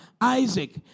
Isaac